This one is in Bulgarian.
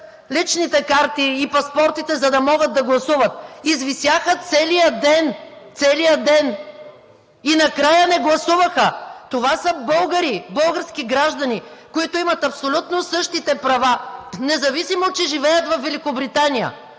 личните карти и паспортите, за да могат да гласуват. Извисяха целия ден, целия ден и накрая не гласуваха. Това са българи, български граждани, които имат абсолютно същите права, независимо че живеят във Великобритания.